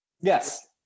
Yes